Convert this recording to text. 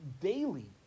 daily